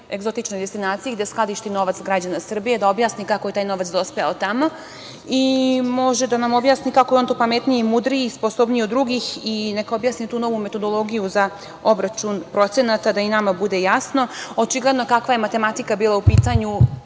egzotičnoj destinaciji gde skladišti novac građana Srbije, da objasni kako je taj novac dospeo tamo i može da nam objasni kako je on tu pametniji i mudriji i sposobniji od drugih i neka objasni tu novu metodologiju za obračun procenata, da i nama bude jasno. Očigledno je kakva je matematika bila u pitanju